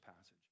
passage